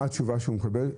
מה התשובה שהוא קיבל?